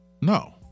No